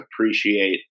appreciate